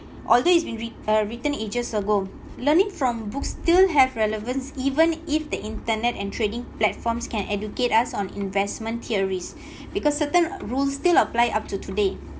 although it's been writ~ uh written ages ago learning from books still have relevance even if the internet and trading platforms can educate us on investment theories because certain uh rules still apply up to today